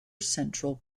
central